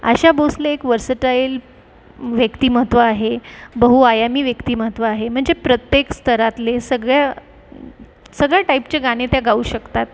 आशा भोसले एक वर्सटाईल व्यक्तिमत्त्व आहे बहुआयामी व्यक्तिमहत्त्व आहे म्हणजे प्रत्येक स्तरातले सगळ्या सगळ्या टाईपचे गाणे त्या गाऊ शकतात